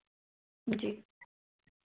जी